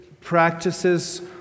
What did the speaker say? practices